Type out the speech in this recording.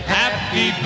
happy